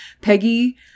Peggy